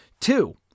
Two